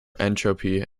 entropy